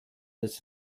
des